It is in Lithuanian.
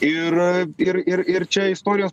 ir ir ir ir čia istorijos